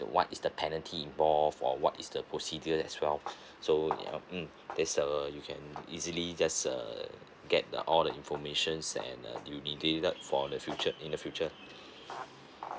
what is the penalty involved or what is the procedures as well so hmm that's err you can easily just err get the all the informations and uh for the future in the future